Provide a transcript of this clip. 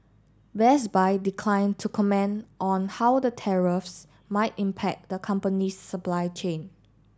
Best Buy decline to comment on how the tariffs might impact the company's supply chain